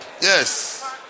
Yes